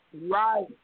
Right